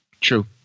True